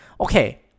Okay